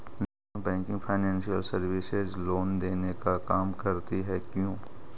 Non banking financial services loan देने का काम करती है क्यू?